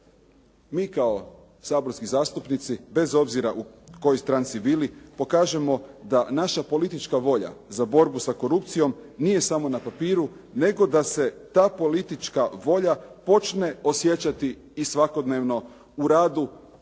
mi kao saborski zastupnici bez obzira u kojoj stranci bili pokažemo da naša politička volja za borbu sa korupcijom nije samo na papiru, nego da se ta politička volja počne osjećati i svakodnevno u radu